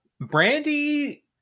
brandy